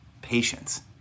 patience